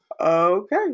Okay